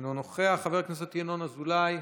אינו נוכח, חבר הכנסת ינון אזולאי,